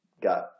got